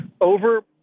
over